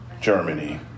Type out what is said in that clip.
Germany